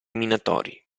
minatori